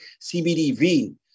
CBDV